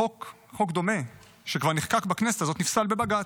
החוק, חוק דומה שכבר נחקק בכנסת הזאת, נפסל בבג"ץ.